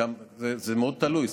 זה מאוד תלוי.